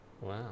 Wow